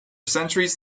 centuries